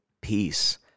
peace